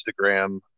Instagram